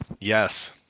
Yes